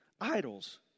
idols